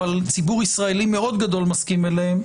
אבל ציבור ישראלי מאוד גדול מסכים להן,